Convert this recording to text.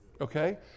Okay